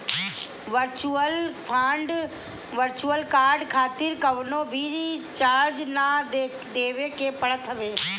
virtual card खातिर कवनो भी चार्ज ना देवे के पड़त हवे